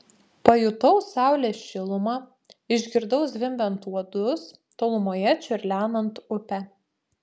pajutau saulės šilumą išgirdau zvimbiant uodus tolumoje čiurlenant upę